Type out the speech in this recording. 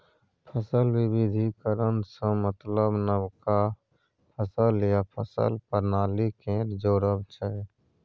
फसल बिबिधीकरण सँ मतलब नबका फसल या फसल प्रणाली केँ जोरब छै